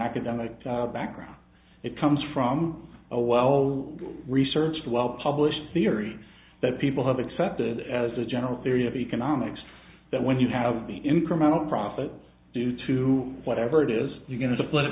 academic background it comes from a well researched well published theory that people have accepted as a general theory of economics that when you have the incremental profit due to whatever it is you're going to